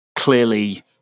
clearly